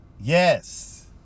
yes